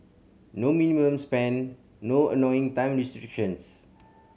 no minimum spend no annoying time restrictions